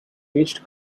reached